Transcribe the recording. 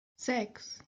sechs